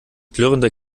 klirrender